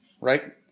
right